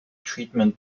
treatment